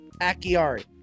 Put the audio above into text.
Akiari